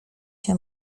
się